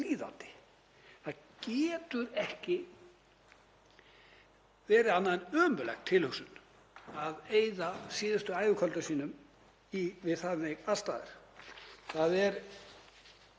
Það getur ekki verið annað en ömurleg tilhugsun að eyða síðustu ævikvöldum sínum við þannig aðstæður. Það er